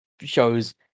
shows